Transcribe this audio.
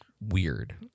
weird